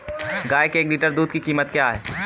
गाय के एक लीटर दूध की कीमत क्या है?